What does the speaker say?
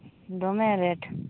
ᱫᱚᱢᱮ ᱨᱮᱴ